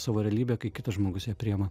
savo realybę kai kitas žmogus ją priima